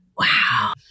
wow